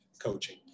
coaching